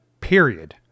Period